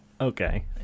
Okay